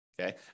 Okay